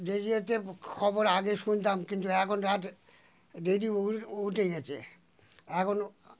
রেডিওতে খবর আগে শুনতাম কিন্তু এখন এখ রেডিও উ উঠে গেছে এখন